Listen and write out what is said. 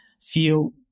feel